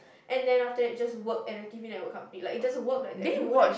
and then after that it just work and relatively at a company it doesn't work like that you wouldn't